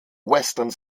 western